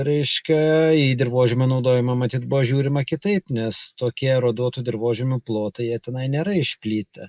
raiškia į dirvožemio naudojimą matyt buvo žiūrima kitaip nes tokie eroduotų dirvožemių plotai jie tenai nėra išplitę